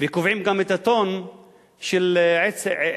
וקובעים גם את הטון של הטבע,